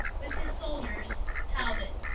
with his souldiors, talbot.